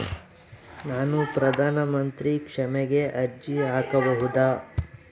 ನಾನು ಪ್ರಧಾನ ಮಂತ್ರಿ ಸ್ಕೇಮಿಗೆ ಅರ್ಜಿ ಹಾಕಬಹುದಾ?